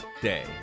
Day